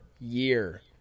year